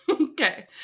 Okay